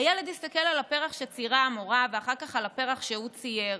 הילד הסתכל על הפרח שציירה המורה ואחר כך על הפרח שהוא צייר,